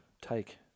take